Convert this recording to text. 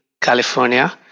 California